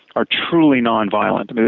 are truly nonviolent.